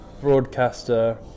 broadcaster